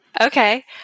Okay